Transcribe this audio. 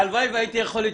הלוואי והייתי יכול לתמוך,